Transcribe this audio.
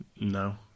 No